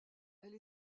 elle